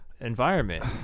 environment